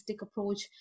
approach